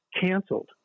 canceled